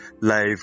life